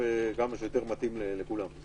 זה